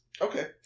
Okay